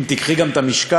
אם תיקחי גם את המשקל,